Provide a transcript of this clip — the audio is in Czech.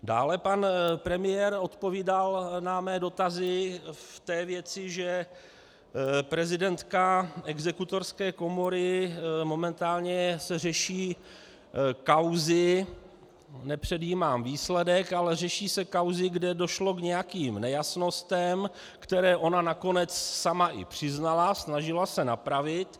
Dále pan premiér odpovídal na mé dotazy v té věci, že prezidentka Exekutorské komory momentálně se řeší kauzy, nepředjímám výsledek, ale řeší se kauzy, kde došlo k nějakým nejasnostem, které ona nakonec sama i přiznala, snažila se napravit.